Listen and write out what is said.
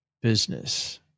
business